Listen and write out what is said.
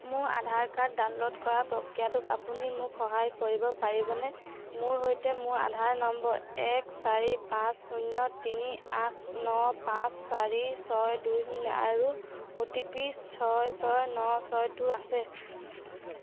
মোৰ Aadhaar card download কৰাৰ প্ৰক্ৰিয়াটোত আপুনি মোক সহায় কৰিব পাৰিবনে মোৰ সৈতে মোৰ আধাৰ নম্বৰ এক চাৰি পাঁচ শূন্য তিনি আঠ ন পাঁচ চাৰি ছয় দুই শূন্য আৰু অ' টি পি ছয় ছয় ন ছয়টো আছে